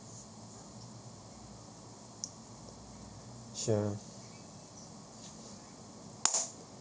sure